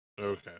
Okay